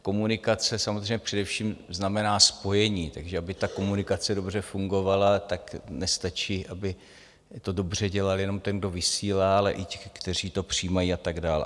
Komunikace samozřejmě především znamená spojení, takže aby ta komunikace dobře fungovala, nestačí, aby to dobře dělal jenom ten, kdo vysílá, ale i ti, kteří to přijímají, a tak dál.